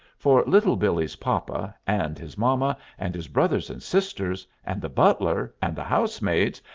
for little billee's papa, and his mama, and his brothers and sisters, and the butler and the housemaids,